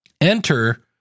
Enter